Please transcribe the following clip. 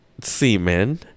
semen